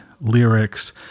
lyrics